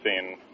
seen